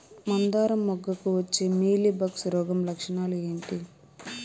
మందారం మొగ్గకు వచ్చే మీలీ బగ్స్ రోగం లక్షణాలు ఏంటి?